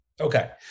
Okay